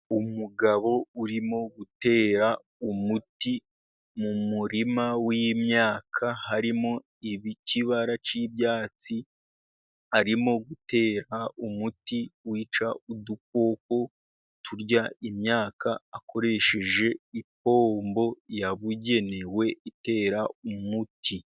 Umugabo urimo gutera umuti mu murima w'imyaka harimo ikibara cy'ibyatsi, arimo gutera umuti wica udukoko turya imyaka, akoresheje ipombo yabugenewe itera umuti.